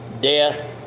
death